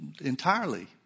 entirely